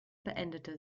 beendete